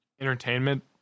entertainment